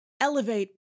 elevate